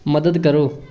ਮਦਦ ਕਰੋ